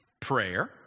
Prayer